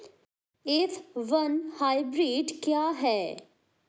F one hybrid क्या है?